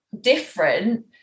different